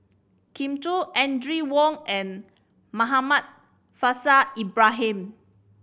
Kin Chui Audrey Wong and Muhammad Faishal Ibrahim